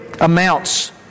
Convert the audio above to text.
amounts